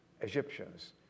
Egyptians